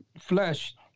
flesh